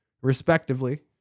respectively